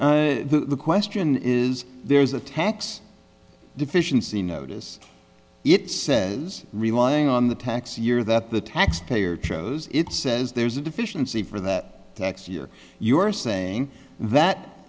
the question is there is a tax deficiency notice it says relying on the tax year that the taxpayer chose it says there's a deficiency for that tax year you are saying that